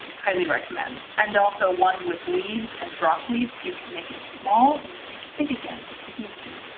highly recommend. and also one with leaves and drop leaves, you can make it small and then make it big again. if you need to.